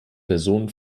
personen